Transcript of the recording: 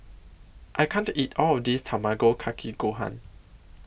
I can't eat All of This Tamago Kake Gohan